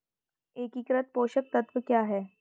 एकीकृत पोषक तत्व क्या है?